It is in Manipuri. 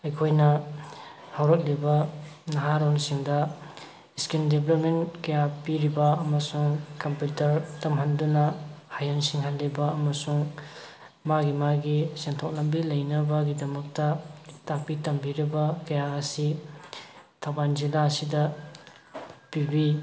ꯑꯩꯈꯣꯏꯅ ꯍꯧꯔꯛꯂꯤꯕ ꯅꯍꯥꯔꯣꯜꯁꯤꯡꯗ ꯏꯁꯀꯤꯜ ꯗꯤꯕꯂꯞꯃꯦꯟ ꯀꯌꯥ ꯄꯤꯔꯤꯕ ꯑꯃꯁꯨꯡ ꯀꯝꯄ꯭ꯌꯨꯇꯔ ꯇꯝꯍꯟꯗꯨꯅ ꯍꯩꯍꯟ ꯁꯤꯡꯍꯜꯂꯤꯕ ꯑꯃꯁꯨꯡ ꯃꯥꯒꯤ ꯃꯥꯒꯤ ꯁꯦꯟꯊꯣꯛ ꯂꯝꯕꯤ ꯂꯩꯅꯕꯒꯤꯗꯃꯛꯇ ꯇꯥꯛꯄꯤ ꯇꯝꯕꯤꯔꯤꯕ ꯀꯌꯥ ꯑꯁꯤ ꯊꯧꯕꯥꯜ ꯖꯤꯂꯥ ꯑꯁꯤꯗ ꯄꯤꯕꯤ